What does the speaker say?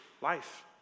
Life